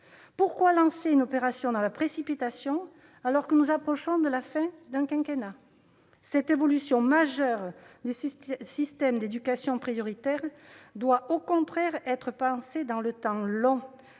Pourquoi lancer une opération dans la précipitation, alors que nous approchons de la fin du quinquennat ? Cette évolution majeure du système d'éducation prioritaire doit au contraire être pensée dans le temps long,